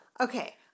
Okay